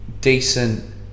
decent